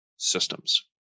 systems